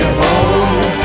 home